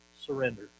surrender